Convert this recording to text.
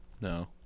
No